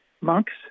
monks